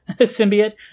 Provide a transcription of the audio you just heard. symbiote